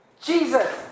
Jesus